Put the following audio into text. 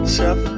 Chef